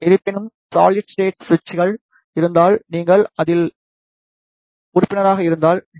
இருப்பினும் solid state சுவிட்சுகள் இருந்தால் நீங்கள் அதில் உறுப்பினராக இருந்தால் டி